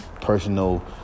personal